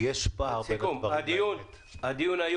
יש פער בין הדברים לאמת.